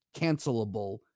cancelable